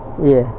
ya